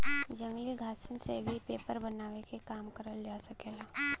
जंगली घासन से भी पेपर बनावे के काम करल जा सकेला